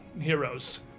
heroes